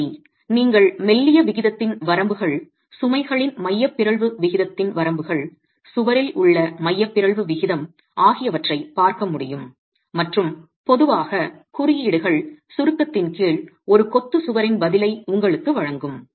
எப்படி நீங்கள் மெல்லிய விகிதத்தின் வரம்புகள் சுமைகளின் மைய பிறழ்வு விகிதத்தின் வரம்புகள் சுவரில் உள்ள மைய பிறழ்வு விகிதம் ஆகியவற்றைப் பார்க்க முடியும் மற்றும் பொதுவாக குறியீடுகள் சுருக்கத்தின் கீழ் ஒரு கொத்து சுவரின் பதிலை உங்களுக்கு வழங்கும்